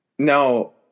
No